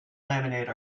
laminate